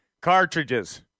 cartridges